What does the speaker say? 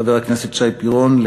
חבר הכנסת שי פירון,